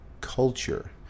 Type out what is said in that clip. culture